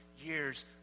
years